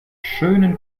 schönen